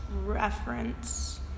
reference